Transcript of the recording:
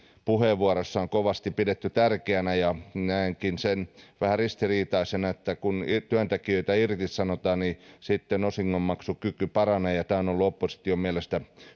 on kovasti pidetty tärkeänä näenkin vähän ristiriitaisena että kun työntekijöitä irtisanotaan niin sitten osingonmaksukyky paranee ja tämä on ollut opposition mielestä